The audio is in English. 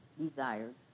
desired